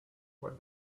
what